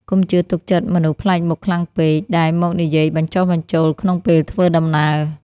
កុំជឿទុកចិត្តមនុស្សប្លែកមុខខ្លាំងពេក ដែលមកនិយាយបញ្ចុះបញ្ចូលក្នុងពេលធ្វើដំណើរ។